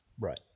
Right